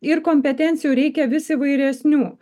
ir kompetencijų reikia vis įvairesnių